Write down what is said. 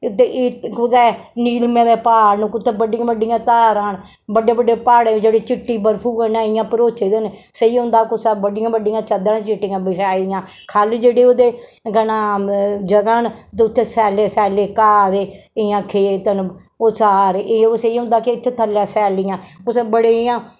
ते इत कुतै नीलमां दे प्हाड़ न कुतै बड्डियां बड्डियां धारां न बड्डे बड्डे प्हाड़ जेह्ड़े चिट्टी बर्फू कन्नै इ'यां भरोचे दे न सेही होंदा कुसै बड्डियां बड्डियां चादरां चिट्टियां बछाई दियां ख'ल्ल जेह्ड़े ओह्दे केह् नां जगहां न ते उत्थै सैल्ले सैल्ले घाऽ दे इ'यां खेत न ओह् सारे ओह् सेही होंदा के अखें इत्थै थल्लै सैल्लियां कुसैै बड़े इयां